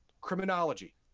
criminology